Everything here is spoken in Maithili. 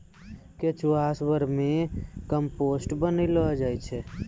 केंचुआ सें वर्मी कम्पोस्ट बनैलो जाय छै